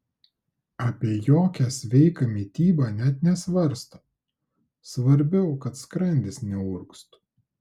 apie jokią sveiką mitybą net nesvarsto svarbiau kad skrandis neurgztų